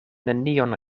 nenion